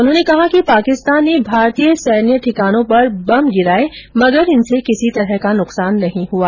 उन्होंने कहा कि पाकिस्तान ने भारतीय सैन्य ठिकानों पर बम गिराये मगर इनसे किसी तरह का नुकसान नहीं हुआ